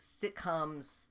sitcoms